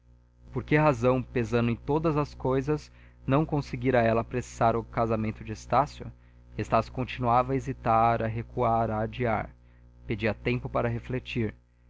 por que razão pensando em todas as coisas não conseguira ela apressar o casamento de estácio estácio continuava a hesitar a recuar a adiar pedia tempo para refletir